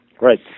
Right